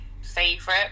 favorite